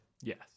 yes